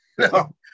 no